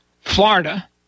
Florida